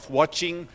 watching